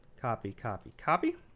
copy, copy, copy.